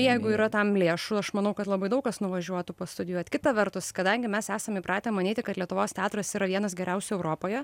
jeigu yra tam lėšų aš manau kad labai daug kas nuvažiuotų pastudijuot kita vertus kadangi mes esam įpratę manyti kad lietuvos teatras yra vienas geriausių europoje